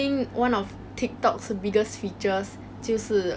他们可以利用 Tiktok 来做一些生意